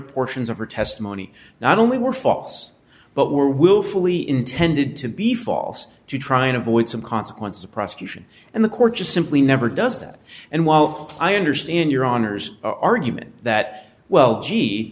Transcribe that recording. portions of her testimony not only were false but were willfully intended to be false to try and avoid some consequences of prosecution and the court just simply never does that and while i understand your honour's argument that well gee